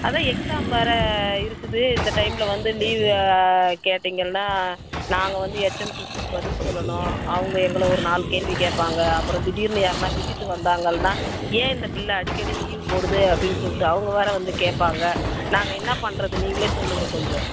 அதான் எக்ஸாம் வேறே இருக்குது இந்த டைமில் வந்து லீவ்வு கேட்டிங்கன்னா நாங்கள் வந்து ஹெச்எம் சிஸ்ட்டதுக்கு பதில் சொல்லணும் அவங்க எங்களை ஒரு நாலு கேள்வி கேட்பாங்க அப்புறம் திடீர்ன்னு யாருனா விசிட்டு வந்தாங்கன்னா ஏன் இந்த பிள்ளை அடிக்கடி லீவ்வு போடுது அப்படின்னு சொல்லிட்டு அவங்க வேறே வந்து கேட்பாங்க நாங்கள் என்ன பண்ணுறது நீங்கள் சொல்லுங்க கொஞ்சம்